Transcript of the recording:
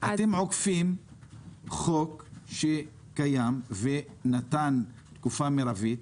אתם עוקפים חוק שקבע תקופה מרבית,